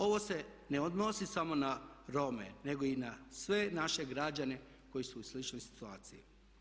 Ovo se ne odnosi samo na Rome nego i na sve naše građane koji su u sličnoj situaciji.